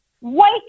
Wake